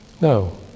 No